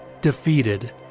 Defeated